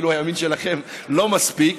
כאילו הימין שלכם לא מספיק,